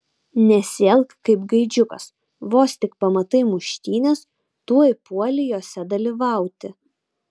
nesielk kaip gaidžiukas vos tik pamatai muštynes tuoj puoli jose dalyvauti